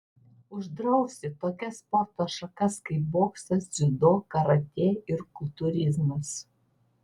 uždrausti tokias sporto šakas kaip boksas dziudo karatė ir kultūrizmas